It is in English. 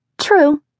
True